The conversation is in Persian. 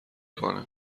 کنیم